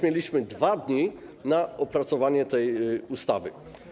Mieliśmy 2 dni na opracowanie tej ustawy.